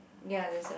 ya there's